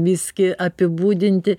visgi apibūdinti